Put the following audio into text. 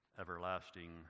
everlasting